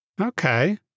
Okay